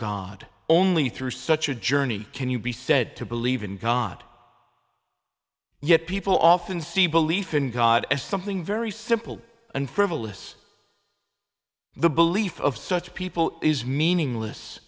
god only through such a journey can you be said to believe in god yet people often see belief in god as something very simple and frivolous the belief of such people is meaningless